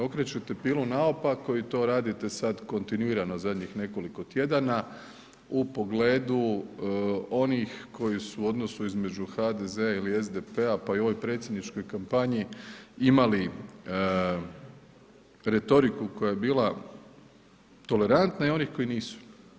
Okrećete pili naopako i to radite sada kontinuirano zadnjih nekoliko tjedana u pogledu onih koji su u odnosu između HDZ-a i SDP-a, pa i u ovoj predsjedničkoj kampanji, imali retoriku koja je bila tolerantna i onih koji nisu.